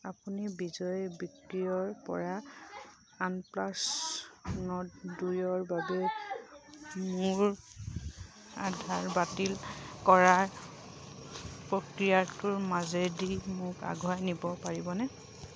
আপুনি বিজয় বিক্ৰীৰপৰা OnePlus Nord দুইৰ বাবে মোৰ অৰ্ডাৰ বাতিল কৰাৰ প্ৰক্ৰিয়াটোৰ মাজেদি মোক আগুৱাই নিব পাৰিবনে